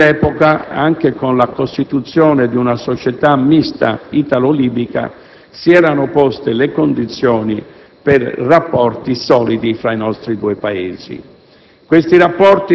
A quell'epoca, anche con la costituzione di una società mista italo-libica, si erano poste le condizioni per rapporti solidi fra i nostri due Paesi.